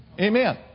Amen